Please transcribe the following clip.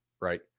Right